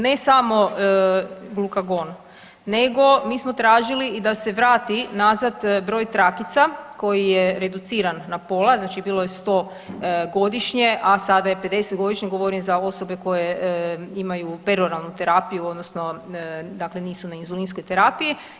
Ne samo Glukagon nego mi smo tražili i da se vrati nazad broj trakica koji je reduciran na pola, znači bilo je 100 godišnje, a sada je 50 godišnje, govorim za osobe koje imaju peroralnu terapiju odnosno dakle nisu na inzulinskoj terapiji.